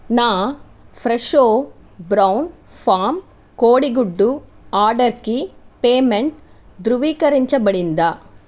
నా Fresho brown farm కోడిగుడ్డు ఆర్డర్కి పేమెంట్ ధృవీకరించబడిందా